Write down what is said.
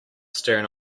stern